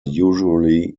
usually